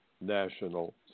national